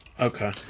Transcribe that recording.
Okay